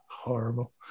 horrible